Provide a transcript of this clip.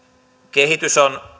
kehitys on